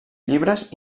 llibres